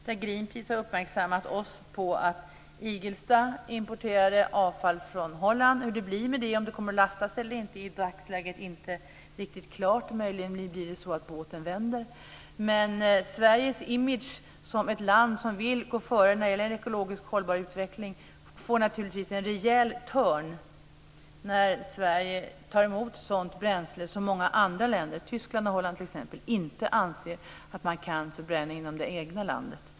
Där har Greenpeace uppmärksammat oss på att Igelsta importerar avfall från Holland. Hur det blir med det och om det kommer att lastas av eller inte är inte riktigt klart i dagsläget. Möjligen blir det så att båten vänder. Men Sveriges image som ett land som vill gå före när det gäller en ekologiskt hållbar utveckling får naturligtvis en rejäl törn när Sverige tar emot sådant bränsle som många andra länder, t.ex. Tyskland och Holland, inte anser att man kan förbränna i det egna landet.